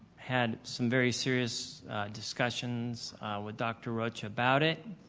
had some very serious discussions with dr. rocha about it.